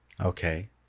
Okay